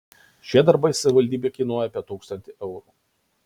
šie darbai savivaldybei kainuoja apie tūkstantį eurų